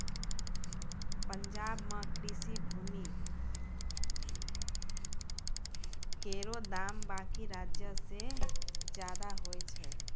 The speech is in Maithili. पंजाब म कृषि भूमि केरो दाम बाकी राज्यो सें जादे होय छै